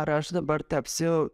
ar aš dabar tapsiu